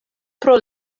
pro